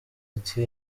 ati